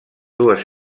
dues